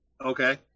Okay